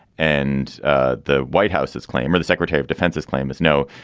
and ah the white house's claim or the secretary of defense's claim is no.